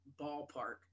ballpark